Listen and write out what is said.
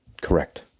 Correct